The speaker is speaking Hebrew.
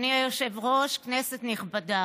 אדוני היושב-ראש, כנסת נכבדה,